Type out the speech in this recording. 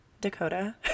Dakota